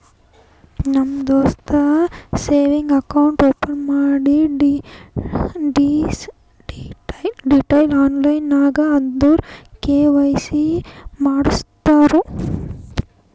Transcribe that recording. ನಮ್ ದೋಸ್ತಗ್ savings account open ಮಾಡಿ ಡೀಟೈಲ್ಸ್ ಆನ್ಲೈನ್ ನಾಗ್ ಅಂದುರ್ ಕೆ.ವೈ.ಸಿ ಮಾಡ್ಸುರು